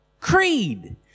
creed